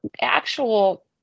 actual